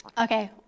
Okay